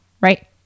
right